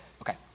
Okay